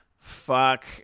fuck